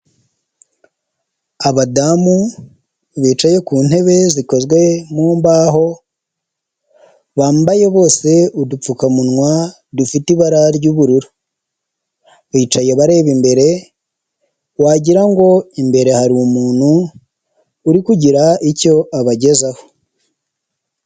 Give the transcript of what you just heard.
Abadamu bicaye ku ntebe zikozwe mu mbaho, bambaye bose udupfukamunwa dufite ibara ry'ubururu, bicaye bareba imbere, wagira ngo imbere hari umuntu uri kugira icyo abagezaho.